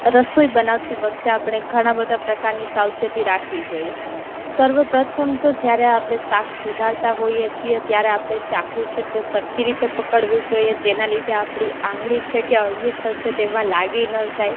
રસોઈ બનાવતી વખતે આપણે ઘણાં બધાં પ્રકારની સાવચેતી રાખવી જોઈએ સર્વ પ્રથમ તો જયારે આપણે શાક સુધારતા હોઈએ છીએ ત્યારે આપણે ચાકુ છે તે સરખી રીતે પકડવું જોઈએ જેના લીધે આપણી આંગળી છે કે અંગુઠો છે તેમાં લાગી ન જાય